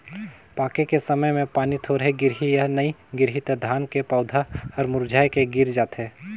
पाके के समय मे पानी थोरहे गिरही य नइ गिरही त धान के पउधा हर मुरझाए के गिर जाथे